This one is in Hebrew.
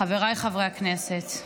חבריי חברי הכנסת,